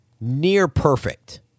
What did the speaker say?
near-perfect